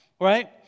right